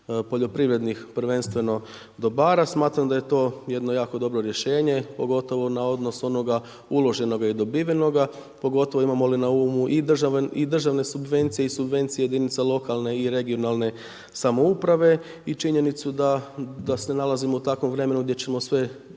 poljoprivrednih, prvenstveno dobara, smatram da je to jedno jako dobro rješenje, pogotovo na odnos onoga uloženoga i dobivenoga, pogotovo imamo li na umu i državne subvencije i subvencije jedinica lokalne i regionalne samouprave i činjenicu da se nalazimo u takvom vremenu gdje ćemo sve